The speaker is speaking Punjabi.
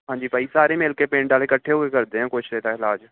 ਹਾਂਜੀ ਭਾਅ ਜੀ ਸਾਰੇ ਮਿਲ ਕੇ ਪਿੰਡ ਵਾਲੇ ਇਕੱਠੇ ਹੋ ਕੇ ਕਰਦੇ ਆ ਕੁਛ ਇਹਦਾ ਇਲਾਜ